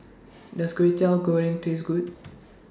Does Kwetiau Goreng Taste Good